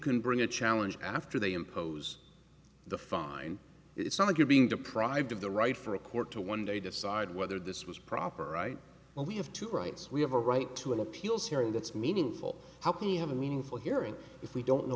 can bring a challenge after they impose the fine it's not like you're being deprived of the right for a court to one day decide whether this was proper right well we have to rights we have a right to an appeals hearing that's meaningful how can you have a meaningful hearing if we don't know